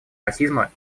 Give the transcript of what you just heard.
расизма